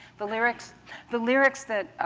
the lyrics the lyrics that,